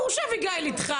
ברור שאביגיל איתך.